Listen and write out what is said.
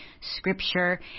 scripture